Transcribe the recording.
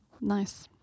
Nice